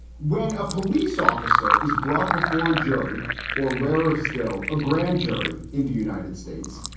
when a police officer is brought before a jury or rarer still, a grand jury in the united states.